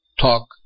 Talk